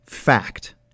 Fact